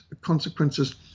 consequences